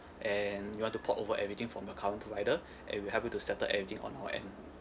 and you want to port over everything from your current provider and we'll help you to settle everything on our end